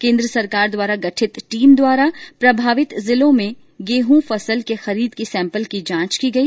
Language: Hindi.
केन्द्र सरकार द्वारा गठित टीम द्वारा प्रभावित जिलों में गेहूं फसल के खरीद सैंपल की जांच की गई